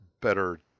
better